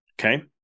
okay